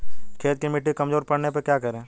खेत की मिटी कमजोर पड़ने पर क्या करें?